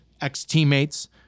ex-teammates